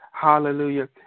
Hallelujah